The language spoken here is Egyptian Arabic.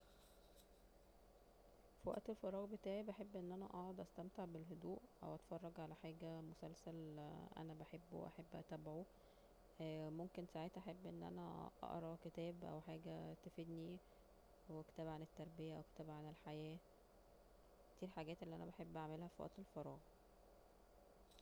في وقت الفراغ بتاعي بحب أن أنا استمتع بالهدوء او اتفرج على حاجة مسلسل أنا بحبه واحب أتابعه ممكن ساعتها احب ان أنا اقرا كتاب أو حاجة تفيدني كتاب عن التربية أو كتاب عن الحياة دي الحاجات اللي انا بحب اعملها في وقت الفراغ